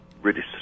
British